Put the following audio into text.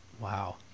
Wow